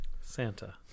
Santa